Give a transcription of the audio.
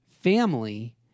family